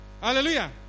Hallelujah